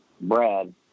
Brad